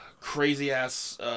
crazy-ass